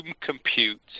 compute